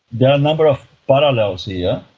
there are a number of parallels here.